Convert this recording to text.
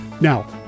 Now